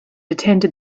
attended